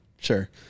sure